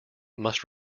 must